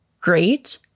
great